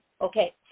Okay